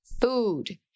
food